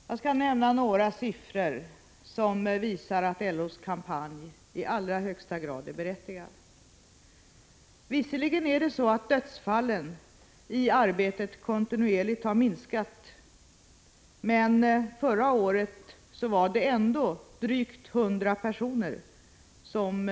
Herr talman! Jag skall nämna några siffror som visar att LO:s kampanj i allra högsta grad är berättigad. Visserligen har dödsfallen i arbetet minskat kontinuerligt, men förra året var det ändå drygt 100 personer som